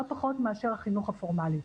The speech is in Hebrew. לא פחות מאשר החינוך הפורמלי.